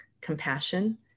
compassion